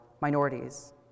minorities